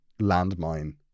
landmine